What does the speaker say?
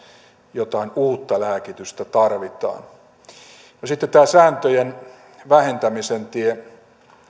jotain uutta lääkitystä tarvitaan sitten tämä sääntöjen vähentämisen tie